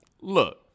Look